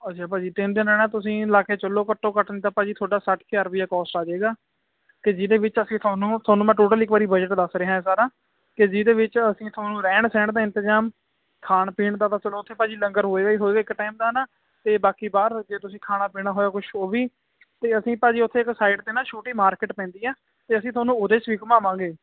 ਅੱਛਾ ਭਾਜੀ ਤਿੰਨ ਦਿਨ ਰਹਿਣਾ ਤੁਸੀਂ ਲਾ ਕੇ ਚੱਲੋ ਘੱਟੋ ਘੱਟ ਨਹੀਂ ਤਾਂ ਭਾਜੀ ਤੁਹਾਡਾ ਸੱਠ ਕੁ ਹਜ਼ਾਰ ਰੁਪਈਆ ਕੋਸਟ ਆ ਜਾਏਗਾ ਅਤੇ ਜਿਹਦੇ ਵਿੱਚ ਅਸੀਂ ਤੁਹਾਨੂੰ ਤੁਹਾਨੂੰ ਮੈਂ ਟੋਟਲ ਇੱਕ ਵਾਰੀ ਬਜਟ ਦੱਸ ਰਿਹਾਂ ਸਾਰਾ ਕਿ ਜਿਹਦੇ ਵਿੱਚ ਅਸੀਂ ਤੁਹਾਨੂੰ ਰਹਿਣ ਸਹਿਣ ਦਾ ਇੰਤਜ਼ਾਮ ਖਾਣ ਪੀਣ ਦਾ ਤਾਂ ਚਲੋ ਉੱਥੇ ਭਾਜੀ ਲੰਗਰ ਹੋਏਗਾ ਹੀ ਹੋਏਗਾ ਇੱਕ ਟਾਈਮ ਦਾ ਨਾ ਅਤੇ ਬਾਕੀ ਬਾਹਰ ਜੇ ਤੁਸੀਂ ਖਾਣਾ ਪੀਣਾ ਹੋਇਆ ਕੁਛ ਉਹ ਵੀ ਅਤੇ ਅਸੀਂ ਭਾਜੀ ਉੱਥੇ ਇੱਕ ਸਾਈਡ 'ਤੇ ਨਾ ਛੋਟੀ ਮਾਰਕੀਟ ਪੈਂਦੀ ਹੈ ਅਤੇ ਅਸੀਂ ਤੁਹਾਨੂੰ ਉਹਦੇ 'ਚ ਵੀ ਘੁਮਾਵਾਂਗੇ